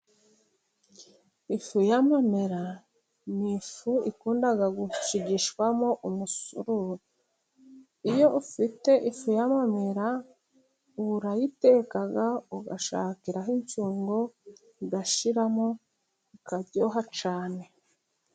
Ifu y'amamera ni ifu ikunda gushigishwamo umusururu. Iyo ufite ifu y'amamera urayiteka ugashakiraho incungo ugashyiramo bikaryoha cyane.